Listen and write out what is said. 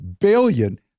billion